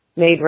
Made